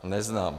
Neznám.